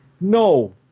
no